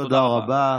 תודה רבה.